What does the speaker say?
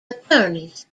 attorneys